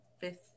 Fifth